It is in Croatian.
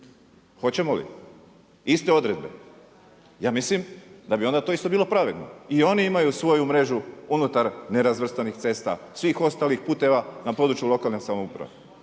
Hoćemo li iste odredbe? Ja mislim da bi onda to isto bilo pravedno. I oni imaju svoju mrežu unutar nerazvrstanih cesta svih ostalih puteva na području lokalne samouprave.